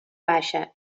baixa